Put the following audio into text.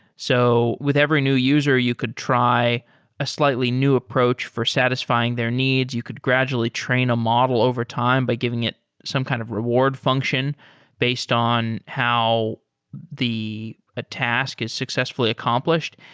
so with every new user, you could try a slightly new approach for satisfying their needs. you could gradually train a model over time by giving it some kind of reward function based on how a task is successfully accomplished.